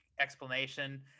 explanation